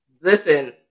Listen